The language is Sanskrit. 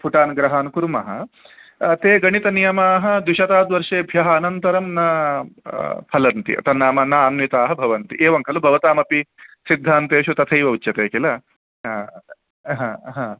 फुटान् ग्रहान् कुर्मः ते गणितनियमाः द्विशताद्वर्षेभ्यः अनन्तरं न फलन्ति तन्नाम न अन्विताः भवन्ति एवं खलु भवतामपि सिद्धान्तेषु तथैव उच्यते किल हा हा हा